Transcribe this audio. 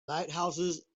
lighthouses